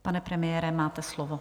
Pane premiére, máte slovo.